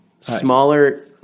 Smaller